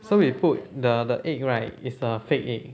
so we put the the egg right is err fake egg